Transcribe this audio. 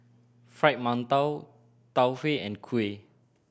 Fried Mantou Tau Huay and kuih